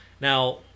Now